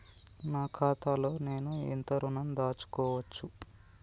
నా ఖాతాలో నేను ఎంత ఋణం దాచుకోవచ్చు?